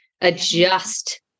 adjust